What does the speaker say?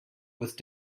with